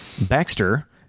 baxter